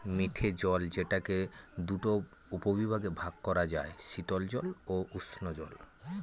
মিঠে জল যেটাকে দুটা উপবিভাগে ভাগ করা যায়, শীতল জল ও উষ্ঞজল